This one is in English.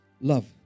love